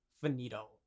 Finito